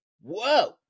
whoa